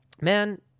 Man